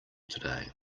today